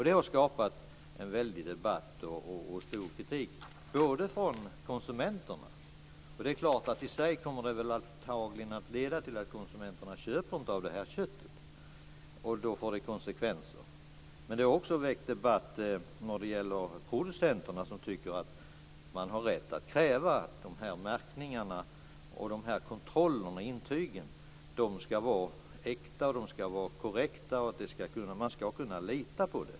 Det har skapat en väldig debatt och stor kritik. Det har skapat kritik bland konsumenterna. Det är klart att detta i sig antagligen kommer att leda till att konsumenterna inte köper av köttet. Då får det konsekvenser. Men det har också väckt debatt bland producenterna, som tycker att man har rätt att kräva att de här märkningarna och kontrollerna, intygen, ska vara äkta och korrekta. Man ska kunna lita på dem.